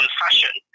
fashion